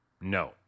No